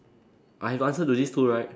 I have to answer to these two right